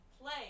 play